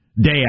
Day